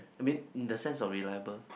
I mean in the sense of reliable